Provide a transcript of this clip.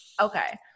okay